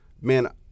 man